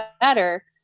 better